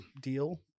deal